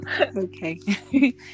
Okay